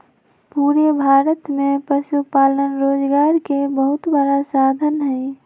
पूरे भारत में पशुपालन रोजगार के बहुत बड़ा साधन हई